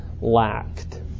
Lacked